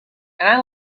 and